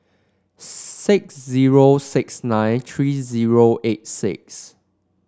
six zero six nine three zero eight six